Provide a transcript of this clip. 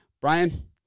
Brian